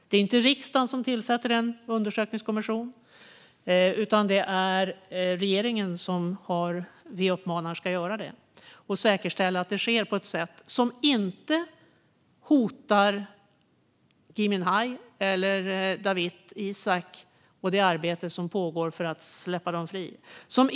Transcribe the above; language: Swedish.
Det är inte riksdagen som tillsätter undersökningskommissionen, utan vi uppmanar regeringen att göra det och säkerställa att det sker på ett sätt som inte hotar Gui Minhai eller Dawit Isaak och det arbete som pågår för att få dem frisläppta.